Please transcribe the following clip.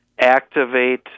activate